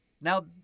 Now